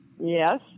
Yes